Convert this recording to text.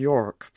York